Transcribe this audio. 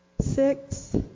six